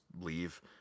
leave